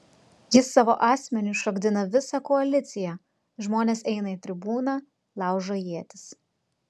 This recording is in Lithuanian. jis savo asmeniu šokdina visą koaliciją žmonės eina į tribūną laužo ietis